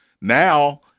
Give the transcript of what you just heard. Now